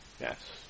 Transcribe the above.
Yes